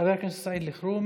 של חבר הכנסת סעיד אלחרומי,